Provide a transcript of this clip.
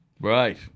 Right